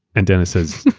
and dennis says,